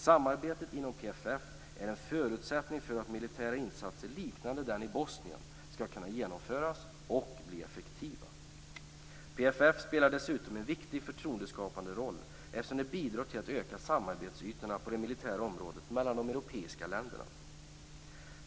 Samarbetet inom PFF är en förutsättning för att militära insatser liknande den i Bosnien skall kunna genomföras och bli effektiva. PFF spelar dessutom en viktig förtroendeskapande roll, eftersom det bidrar till att öka samarbetsytorna på det militära området mellan de europeiska länderna.